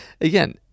again